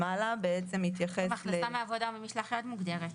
גם הכנסה מעבודה או ממשלח יד מוגדרת.